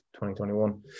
2021